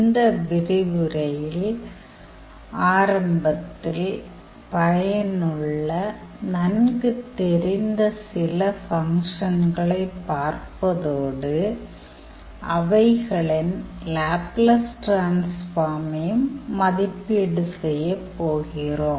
இந்த விரிவுரையில் ஆரம்பத்தில் பயனுள்ள நன்கு தெரிந்த சில ஃபங்க்ஷன்களை பார்ப்பதோடு அவைகளின் லேப்லஸ் டிரான்ஸ்ஃபார்மையும் மதிப்பீடு செய்யப் போகிறோம்